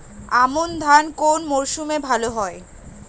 আমন ধান কোন মরশুমে ভাল হয়?